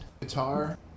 guitar